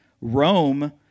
Rome